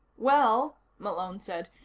well, malone said,